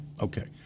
Okay